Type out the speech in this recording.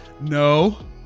No